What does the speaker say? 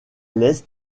l’est